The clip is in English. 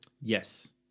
yes